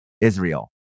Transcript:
Israel